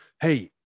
hey